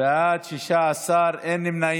להרחבת הייצוג ההולם של בני האוכלוסייה